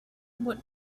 what